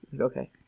Okay